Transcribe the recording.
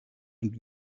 und